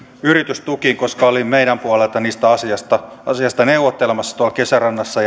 yritystukiin koska olin meidän puoleltamme niistä asioista neuvottelemassa kesärannassa